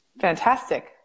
Fantastic